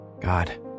God